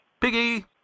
Piggy